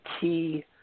key